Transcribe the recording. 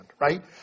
right